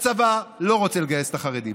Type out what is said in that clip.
הצבא לא רוצה לגייס את החרדים,